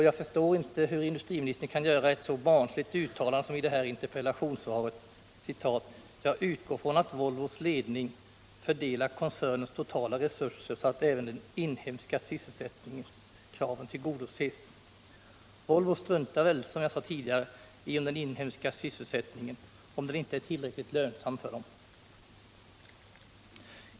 Jag begriper inte hur industriministern kan göra ett så barnsligt uttalande som i det här interpellationssvaret: ”Jag utgår från att Volvos ledning —-—— fördelar koncernens totala resurser så att även de inhemska sysselsättningskraven tillgodoses.” Volvo struntar väl, som jag sade tidigare, i den inhemska sysselsättningen, om den inte är tillräckligt lönsam för Volvo!